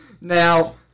Now